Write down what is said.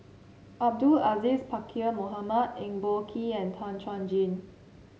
Abdul Aziz Pakkeer Mohamed Eng Boh Kee and Tan Chuan Jin